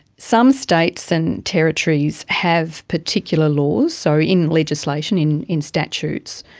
some states and territories have particular laws. so in legislation, in in statutes,